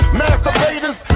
masturbators